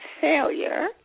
failure